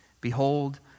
Behold